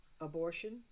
abortion